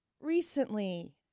recently